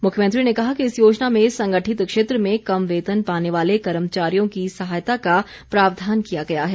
मुख्यमंत्री ने कहा कि इस योजना में संगठित क्षेत्र में कम वेतन पाने वाले कर्मचारियों की सहायता का प्रावधान किया गया है